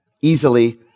easily